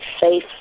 safe